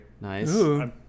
nice